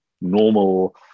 normal